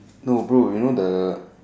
no bro you know the